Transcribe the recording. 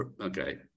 Okay